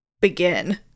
begin